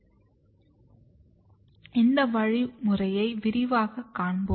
இந்த வழிமுறையை விரிவாகக் காண்போம்